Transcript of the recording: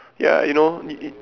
ya you know